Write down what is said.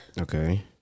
Okay